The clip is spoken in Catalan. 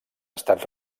estat